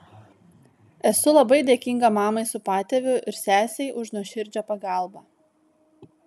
esu labai dėkinga mamai su patėviu ir sesei už nuoširdžią pagalbą